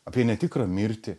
apie netikrą mirtį